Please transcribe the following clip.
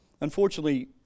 Unfortunately